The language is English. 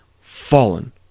fallen